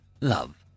love